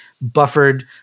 buffered